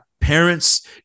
parents